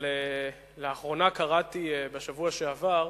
אבל לאחרונה קראתי, בשבוע שעבר,